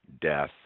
death